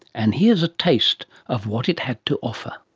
and here's a taste of what it had to offer.